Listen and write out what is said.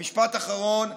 משפט האחרון,